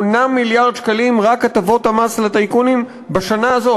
8 מיליארד שקלים רק הטבות המס לטייקונים בשנה הזאת,